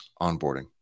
onboarding